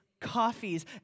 coffees